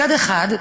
מצד אחד,